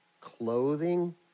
clothing